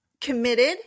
committed